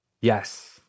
Yes